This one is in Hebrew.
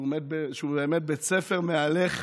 שהוא באמת בית ספר מהלך